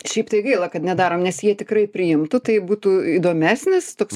šiaip tai gaila kad nedarom nes jie tikrai priimtų tai būtų įdomesnis toks